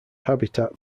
habitat